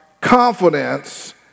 confidence